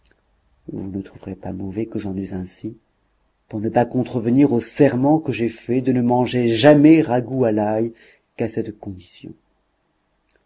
vous ne trouverez pas mauvais que j'en use ainsi pour ne pas contrevenir au serment que j'ai fait de ne manger jamais ragoût à l'ail qu'à cette condition